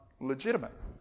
legitimate